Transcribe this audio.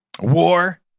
War